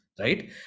right